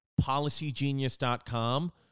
Policygenius.com